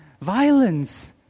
violence